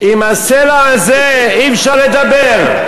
אל הסלע הזה אי-אפשר לדבר,